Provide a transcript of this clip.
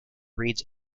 reads